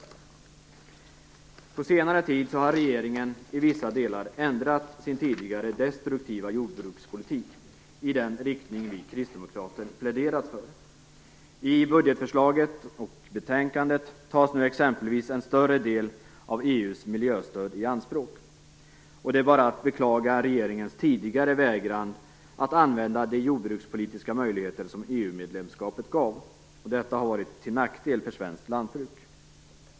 Under senare tid har regeringen i vissa delar ändrat sin tidigare destruktiva jordbrukspolitik i den riktning vi kristdemokrater pläderat för. I budgetförslaget och betänkandet tas nu exempelvis en större del av EU:s miljöstöd i anspråk. Det är bara att beklaga regeringens tidigare vägran att använda de jordbrukspolitiska möjligheter som EU-medlemskapet gav. Detta har varit till nackdel för svenskt lantbruk.